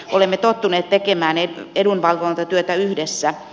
olemme tottuneet tekemään edunvalvontatyötä yhdessä